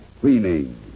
cleaning